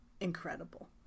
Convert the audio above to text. incredible